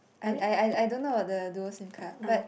I I I I don't know the dual Sim card but